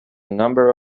number